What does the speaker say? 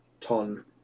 ton